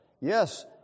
Yes